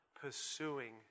pursuing